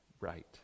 right